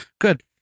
Good